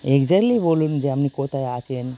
exactly বলুন যে আপনি কোথায় আছেন